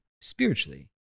spiritually